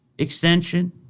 extension